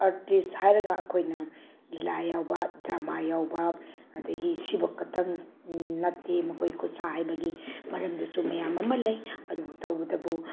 artist ꯍꯥꯏꯔꯒ ꯑꯩꯈꯣꯏꯅ ꯂꯤꯂꯥ ꯌꯥꯎꯕ ꯗ꯭ꯔꯃꯥ ꯌꯥꯎꯕ ꯑꯗꯒꯤ ꯁꯤꯕꯣꯛ ꯈꯇꯪ ꯅꯠꯇꯦ ꯃꯈꯣꯏ ꯈꯨꯠꯁꯥ ꯍꯩꯕꯒꯤ ꯃꯔꯝꯗꯁꯨ ꯃꯌꯥꯝ ꯑꯃ ꯂꯩ ꯑꯗꯨꯕꯨ ꯇꯧꯕꯇꯕꯨ